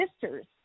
sisters